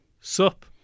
sup